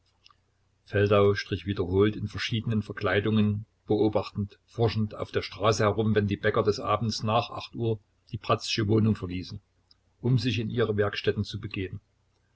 feldau strich wiederholt in verschiedenen verkleidungen beobachtend forschend auf der straße herum wenn die bäcker des abends nach uhr die bratzsche wohnung verließen um sich in ihre werkstätten zu begeben